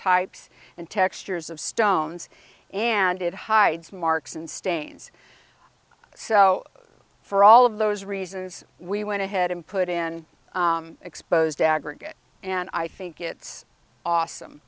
types and textures of stones and it hides marks and stains so for all of those reasons we went ahead and put in exposed aggregate and i think it's awesome